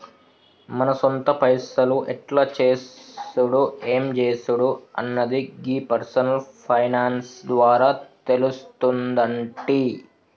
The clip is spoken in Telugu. మన సొంత పైసలు ఎట్ల చేసుడు ఎం జేసుడు అన్నది గీ పర్సనల్ ఫైనాన్స్ ద్వారా తెలుస్తుందంటి